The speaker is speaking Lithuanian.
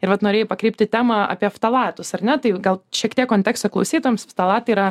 ir vat norėjai pakreipti temą apie ftalatus ar ne tai gal šiek tiek konteksto klausytojams ftalatai yra